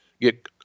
get